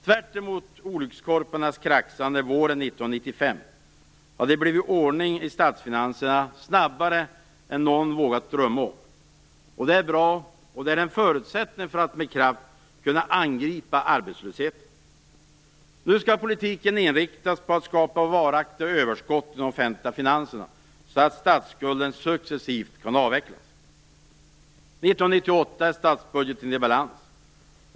Tvärtemot olyckskorparnas kraxande våren 1995 har det blivit ordning i statsfinanserna snabbare än någon vågat drömma om. Det är bra, och det är en förutsättning för att med kraft kunna angripa arbetslösheten. Nu skall politiken inriktas på att skapa varaktiga överskott i de offentliga finanserna, så att statsskulden successivt kan avvecklas. 1998 är statsbudgeten i balans.